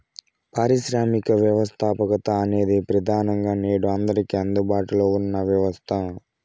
పారిశ్రామిక వ్యవస్థాపకత అనేది ప్రెదానంగా నేడు అందరికీ అందుబాటులో ఉన్న వ్యవస్థ